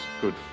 good